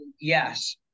Yes